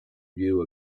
view